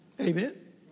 Amen